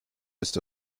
ist